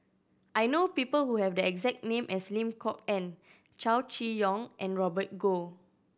I know people who have the exact name as Lim Kok Ann Chow Chee Yong and Robert Goh